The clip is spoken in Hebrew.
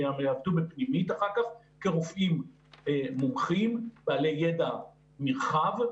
ויעבדו בפנימית אחר כך כרופאים מומחים בעלי ידע נרחב.